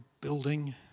building